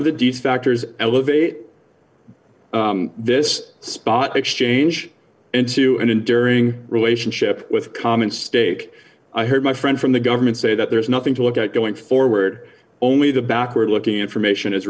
of the ditch factors elevate this spot exchange into an enduring relationship with common stake i heard my friend from the government say that there is nothing to look at going forward only the backward looking information is